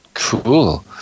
Cool